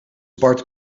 bart